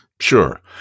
Sure